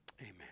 Amen